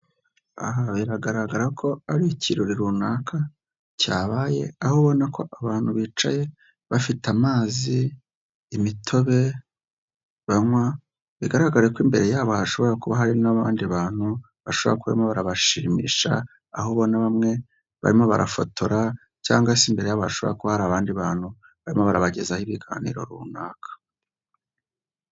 Aha biragaragara ko ari ikirori runaka cyabaye, aho ubona ko abantu bicaye, bafite amazi, imitobe, banywa, bigaragare ko imbere yabo hashobora kuba hari n'abandi bantu, bashobora kuba barimo barabashimisha, aho ubona bamwe barimo barafotora cyangwa se imbere yabo hashobora kuba hari abandi bantu, barimo barabagezaho ibiganiro runaka.